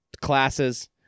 classes